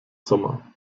sommer